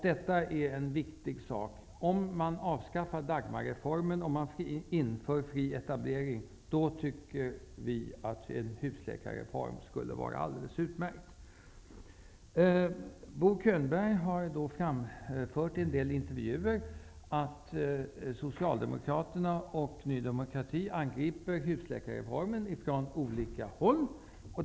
Detta är mycket viktigt. Om man avskaffar Dagmarreformen och inför fri etablering, anser vi att ett husläkarsystem skulle vara alldeles utmärkt. Bo Könberg har i en del intervjuer sagt att Socialdemokraterna och Ny demokrati angriper husläkarreformen från olika håll.